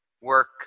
work